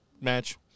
match